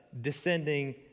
descending